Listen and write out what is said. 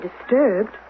disturbed